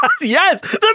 yes